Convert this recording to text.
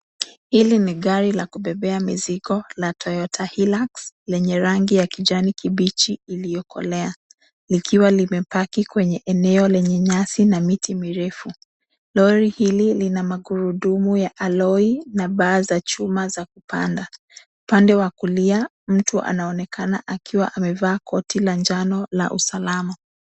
Hili ni gari la kubebea mizigo la Toyota Hillux, lenye rangi ya kijani kibichi iliyokolea, likiwa limepaki kwenye eneo lenye nyasi na miti mirefu. Lori hili lina magurudumu ya aloi na baa za chuma za kupanda. Upande wa kulia, mtu anaonekana akiwa amevaa koti la njano la usalama.